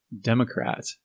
democrat